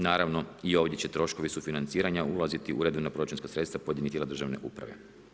Naravno i ovdje će troškovi sufinanciranja ulaziti u redovna proračunska sredstva pojedinih tijela državne uprave.